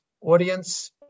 audience